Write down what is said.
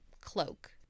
cloak